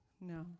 No